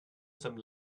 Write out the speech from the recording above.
some